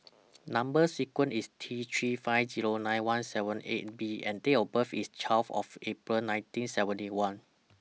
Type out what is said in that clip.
Number sequence IS T three five Zero nine one seven eight B and Date of birth IS twelve of April nineteen seventy one